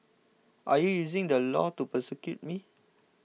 are you using the law to persecute me